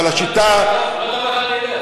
אבל השיטה, לא טוב לך, אני אלך.